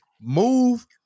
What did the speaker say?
move